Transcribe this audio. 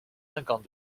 cinquante